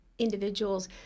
individuals